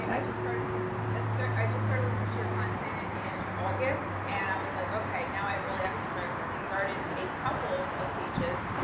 i just started ah i just started listening to your content in august, and i was like, okay, now i really have to start this. started a couple of pages,